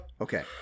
Okay